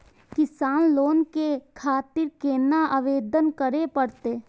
किसान लोन के खातिर केना आवेदन करें परतें?